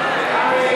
אורי מקלב,